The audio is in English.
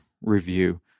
review